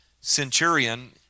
centurion